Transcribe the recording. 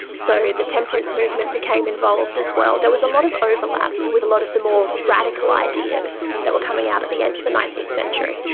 so the temperance movement became involved as well. there was a lot of overlap with a lot of the more radical ideas that were coming out at the end of the nineteenth century.